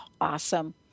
Awesome